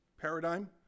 paradigm